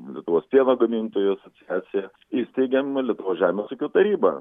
lietuvos pieno gamintojų asociacija įsteigėm lietuvos žemės ūkio taryba